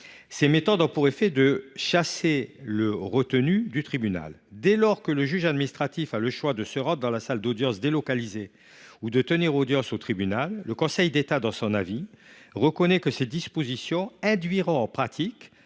Ces méthodes ont pour effet de chasser le retenu du tribunal. Dès lors que le juge administratif peut choisir de se rendre dans la salle d’audience délocalisée ou de tenir audience au tribunal, le Conseil d’État, dans son avis, estime que « ces dispositions induiront